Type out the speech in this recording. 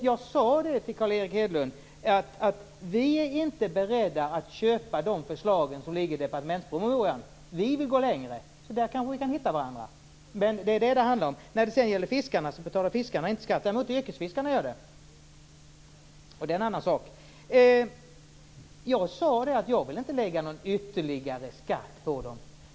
Jag sade till Carl Erik Hedlund att vi inte är beredda att köpa de förslag som ligger i departementspromemorian. Vi vill gå längre. Där kan vi kanske hitta varandra. Det är detta det handlar om. Fiskarna betalar inte skatt. Däremot gör yrkesfiskarna det. Det är en annan sak. Jag sade att jag inte vill lägga någon ytterligare skatt på dem.